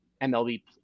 MLB